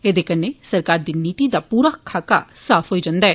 ऐदे कन्नै सरकार दी नीति दा पूरा खका साफ होई जन्दा ऐ